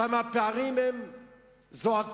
שם הפערים זועקים.